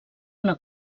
una